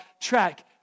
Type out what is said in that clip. track